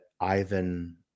Ivan